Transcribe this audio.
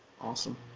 Awesome